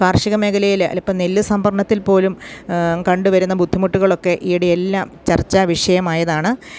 കാർഷിക മേഖലയില് അല്ല ഇപ്പോള് നെല്ല് സംഭരണത്തിൽ പോലും കണ്ടുവരുന്ന ബുദ്ധിമുട്ടുകളൊക്കെ ഈയിടെയെല്ലാം ചർച്ചാവിഷയമായതാണ്